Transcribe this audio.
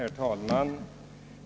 Herr talman!